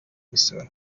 imisoro